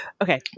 Okay